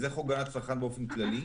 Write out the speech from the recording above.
זה חוק הגנת הצרכן באופן כללי.